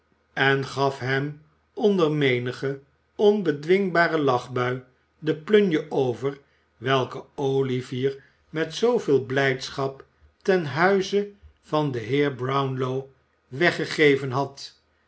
en gaf hem onder menige onbedwingbare lachbui de plunje over welke olivier met zooveel blijdschap ten huize van den heer brownlow weggegeven had